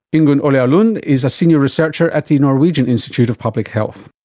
ingunn olea lund is a senior researcher at the norwegian institute of public health